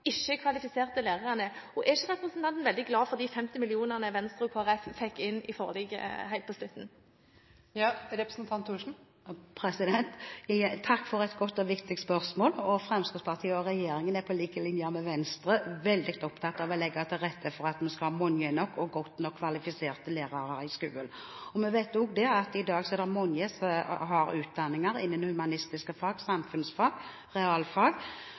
ikke representanten veldig glad for de 50 mill. kr Venstre og Kristelig Folkeparti fikk inn i forliket helt på slutten? Takk for et godt og viktig spørsmål. Fremskrittspartiet og regjeringen er på lik linje med Venstre veldig opptatt av å legge til rette for at vi skal ha mange nok og godt nok kvalifiserte lærere i skolen. Vi vet også at det i dag er mange som har utdanning innen humanistiske fag, samfunnsfag og realfag,